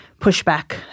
pushback